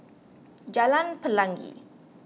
Jalan Pelangi